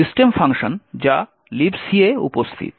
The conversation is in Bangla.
সিস্টেম ফাংশন যা Libc এ উপস্থিত